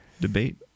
debate